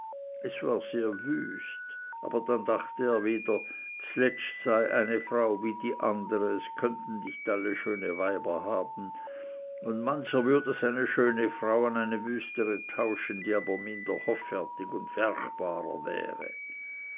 es war sehr wüst aber dann dachte er wieder zletzt sei eine frau wie die ander es könnten nicht alle schöne weiber haben und mancher würde seine schöne frau an eine wüstere tauschen die aber minder hoffärtig und werchbarer wäre